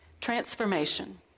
Transformation